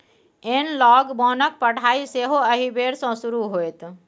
एनलॉग बोनक पढ़ाई सेहो एहि बेर सँ शुरू होएत